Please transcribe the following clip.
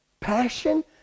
passion